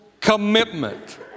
commitment